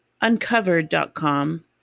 uncovered.com